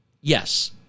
yes